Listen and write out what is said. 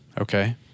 Okay